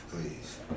please